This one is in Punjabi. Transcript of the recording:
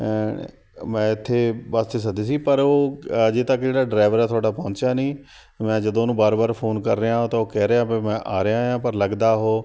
ਮੈਂ ਇੱਥੇ ਬਸ ਸੱਦੀ ਸੀ ਪਰ ਉਹ ਅਜੇ ਤੱਕ ਜਿਹੜਾ ਡਰਾਈਵਰ ਆ ਤੁਹਾਡਾ ਪਹੁੰਚਿਆ ਨਹੀਂ ਮੈਂ ਜਦੋਂ ਉਹਨੂੰ ਵਾਰ ਵਾਰ ਫ਼ੋਨ ਕਰ ਰਿਹਾ ਤਾਂ ਉਹ ਕਹਿ ਰਿਹਾ ਵੀ ਮੈਂ ਆ ਰਿਹਾ ਹਾਂ ਪਰ ਲੱਗਦਾ ਉਹ